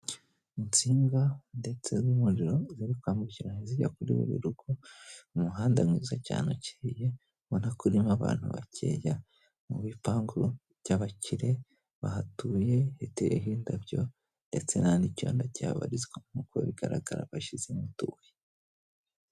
Insinga ndetse z'umuriro ziri kwambukiraranya zijya kuri buri rugo, umuhanda mwiza cyane ukeye mbona kurimo abantu bakeya mu bipangu by'abakire bahatuye hateye indabyo, ndetse nta n'icyondo cyahabarizwa nk'uko bigaragara bashyizemo utubuye.